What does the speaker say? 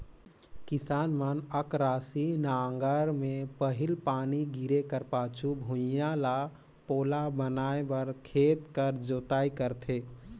किसान मन अकरासी नांगर मे पहिल पानी गिरे कर पाछू भुईया ल पोला बनाए बर खेत कर जोताई करथे